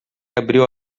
abriu